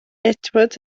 edward